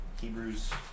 Hebrews